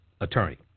attorney